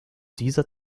dieser